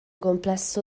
complesso